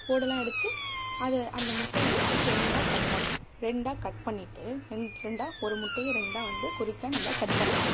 ஓடு எல்லாம் எடுத்து அதை அந்த முட்டையை என்ன பண்ணுன்னா ரெண்டாக கட் பண்ணணும் ரெண்டாக கட் பண்ணிவிட்டு ரெண்டு ரெண்டாக ஒரு முட்டையை ரெண்டாக வந்து குறுக்க நம்ப கட் பண்ணிவிட்ணும்